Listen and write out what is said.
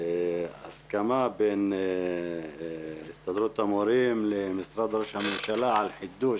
הסכמה בין הסתדרות המורים למשרד ראש הממשלה על חידוש